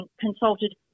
consulted